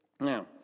Now